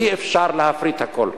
אי-אפשר להפריט הכול.